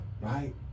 Right